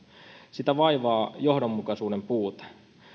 sitä vaivaa johdonmukaisuuden puute